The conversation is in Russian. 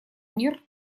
мир